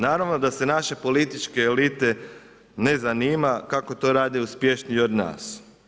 Naravno da se naše političke elite, ne zanima, kako to rade uspješniji od nas.